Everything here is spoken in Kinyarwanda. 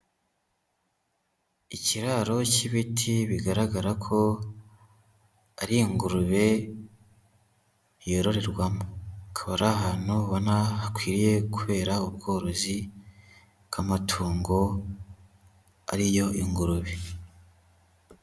Ikiraro cy'ibiti bigaragara ko ari ingurube yororerwamo. Akaba ari ahantu ubona hakwiriye kubera ubworozi bw'amatungo, ari yo ingurube.